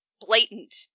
blatant